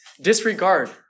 Disregard